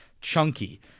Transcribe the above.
chunky